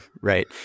right